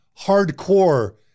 hardcore